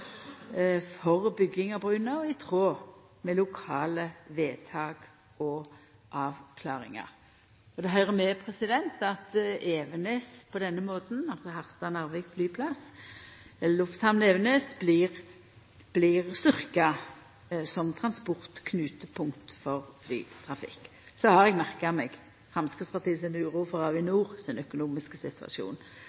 for bygging av brua og er i tråd med lokale vedtak og avklaringar. Det høyrer med at på denne måten blir Harstad/Narvik lufthamn, Evenes, styrkt som transportknutepunkt for flytrafikken. Eg har merka meg Framstegspartiet si uro for